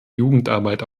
jugendarbeit